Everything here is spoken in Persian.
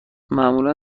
معمولا